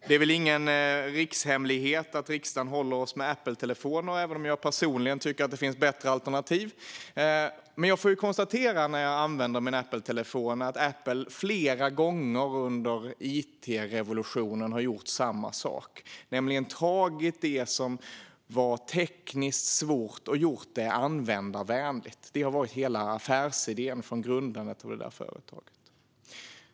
Det är väl ingen rikshemlighet att riksdagen håller oss med Appletelefoner, även om jag personligen tycker att det finns bättre alternativ. Men jag får konstatera när jag använder min Appletelefon att Apple flera gånger under it-revolutionen har gjort samma sak, nämligen tagit det som var tekniskt svårt och gjort det användarvänligt. Det har varit hela affärsidén sedan grundandet av det företaget.